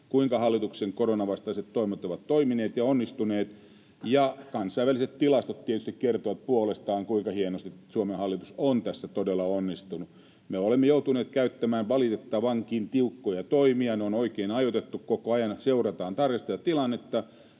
kuinka hallituksen koronavastaiset toimet ovat toimineet ja onnistuneet. Ja kansainväliset tilastot tietysti kertovat puolestaan, kuinka hienosti Suomen hallitus on tässä todella onnistunut. Me olemme joutuneet käyttämään valitettavankin tiukkoja toimia, ne on oikein ajoitettu koko ajan, ja seurataan tarkasti tätä tilannetta.